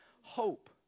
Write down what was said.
hope